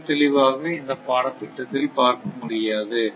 மிக தெளிவாக இந்த பாடதிட்டத்தில் பார்க்க முடியாது